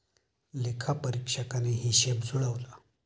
लेखापरीक्षकाने हिशेब जुळवला